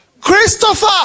Christopher